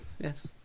yes